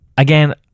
again